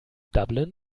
dublin